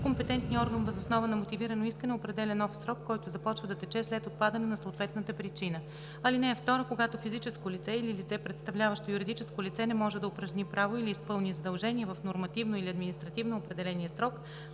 компетентният орган въз основа на мотивирано искане определя нов срок, който започва да тече след отпадане на съответната причина. (2) Когато физическо лице или лице, представляващо юридическо лице, не може да упражни право или изпълни задължение в нормативно или административно определения срок